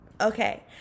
Okay